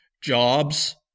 jobs